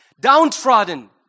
downtrodden